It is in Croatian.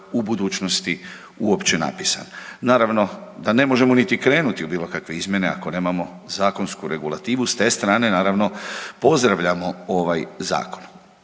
u budućnosti uopće napisan. Naravno da ne možemo niti krenuti u bilo kakve izmjene ako nemamo zakonsku regulativu i s te strane naravno pozdravljamo ovaj zakon.